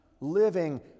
living